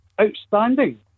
Outstanding